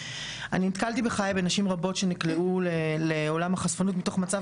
אני נתקלתי בחיי בנשים רבות שנקלעו לעולם החשפנות מתוך מצב